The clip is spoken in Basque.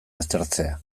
aztertzea